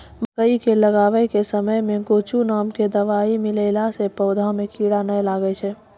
मकई के लगाबै के समय मे गोचु नाम के दवाई मिलैला से पौधा मे कीड़ा नैय लागै छै?